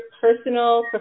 personal